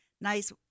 nice